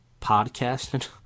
podcasting